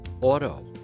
auto